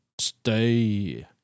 stay